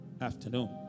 afternoon